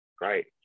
right